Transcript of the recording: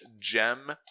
gem